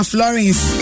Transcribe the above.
Florence